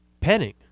Penning